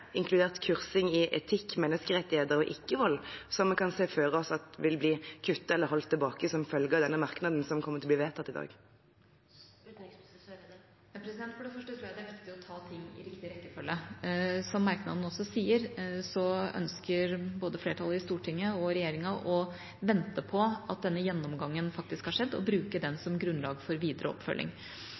inkludert kursing i etikk, menneskerettigheter og ikkevold, som vi kan se for oss vil bli kuttet eller holdt tilbake som følge av denne merknaden som kommer til å bli vedtatt i dag? For det første tror jeg det er viktig å ta ting i riktig rekkefølge. Som merknaden også sier, ønsker både flertallet i Stortinget og regjeringa å vente til denne gjennomgangen faktisk har skjedd, og bruke den som grunnlag for videre oppfølging.